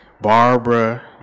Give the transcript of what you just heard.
Barbara